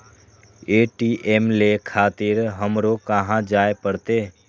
ATM ले खातिर हमरो कहाँ जाए परतें?